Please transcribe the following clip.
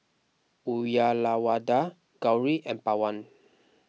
Uyyalawada Gauri and Pawan